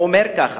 הוא אומר כך: